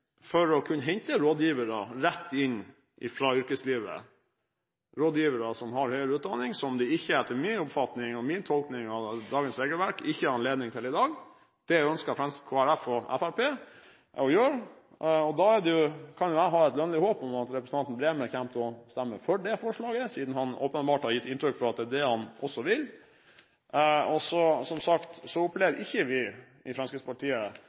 for å kunne hente rådgivere rett inn fra yrkeslivet, rådgivere som har høyere utdanning, som det, etter min oppfatning og min tolkning av dagens regelverk, ikke er anledning til i dag – det ønsker Kristelig Folkeparti og Fremskrittspartiet å gjøre. Da kan jeg ha et lønnlig håp om at representanten Bremer kommer til å stemme for det forslaget, siden han åpenbart har gitt inntrykk av at det er det han vil. Som sagt, opplever ikke vi i Fremskrittspartiet